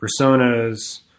personas